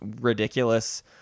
ridiculous